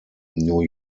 new